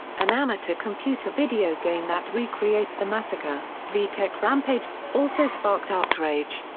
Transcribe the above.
an amateur computer video game that re-creates the massacre, v-tech rampage, also sparked outrage.